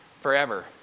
forever